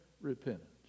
repentance